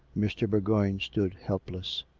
mr. bourgoign stood helpless.